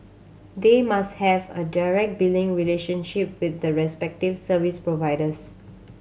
they must have a direct billing relationship with the respective service providers